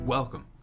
Welcome